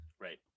right